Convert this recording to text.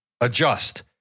adjust